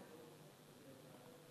סגן שר האוצר.